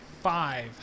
five